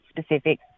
specific